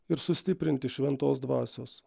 ir sustiprinti šventos dvasios